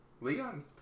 Leon